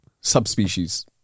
subspecies